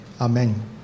Amen